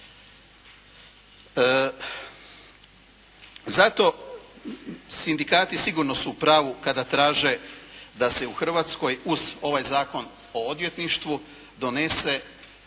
Zato sindikati sigurno su u pravu kada traže da se u Hrvatskoj uz ovaj Zakon o odvjetništvu donese